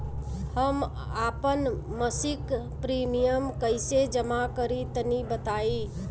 हम आपन मसिक प्रिमियम कइसे जमा करि तनि बताईं?